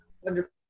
wonderful